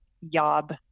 yob